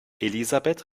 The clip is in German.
elisabeth